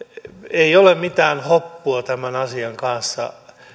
ei ole mitään hoppua tämän asian kanssa